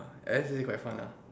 actually quite fun lah